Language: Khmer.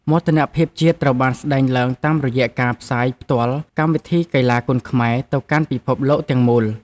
មោទនភាពជាតិត្រូវបានស្តែងឡើងតាមរយៈការផ្សាយផ្ទាល់កម្មវិធីកីឡាគុណខ្មែរទៅកាន់ពិភពលោកទាំងមូល។